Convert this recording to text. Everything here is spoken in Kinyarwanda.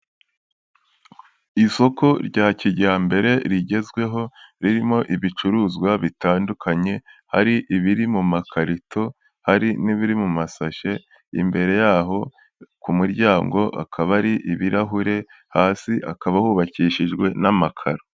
Isoko rya kijyambere rigezweho, ririmo ibicuruzwa bitandukanye, hari ibiri mu makarito, hari n'ibiri mu masashe, imbere yaho ku muryango, hakaba hari ibirahure, hasi hakaba hubakishijwe n'amakaro.